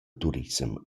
turissem